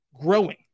growing